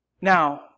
Now